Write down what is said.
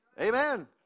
Amen